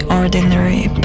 ordinary